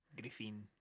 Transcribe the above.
Griffin